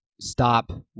stop